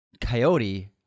Coyote